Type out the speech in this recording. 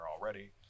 already